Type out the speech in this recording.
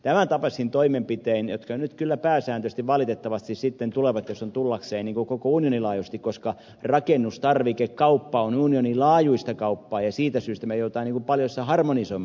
tämän tapaiset toimenpiteet nyt kyllä pääsääntöisesti valitettavasti sitten tulevat jos ovat tullakseen koko unionin laajuisesti koska rakennustarvikekauppa on unionin laajuista kauppaa ja siitä syystä me joudumme paljossa harmonisoimaan